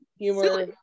humor